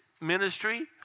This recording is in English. ministry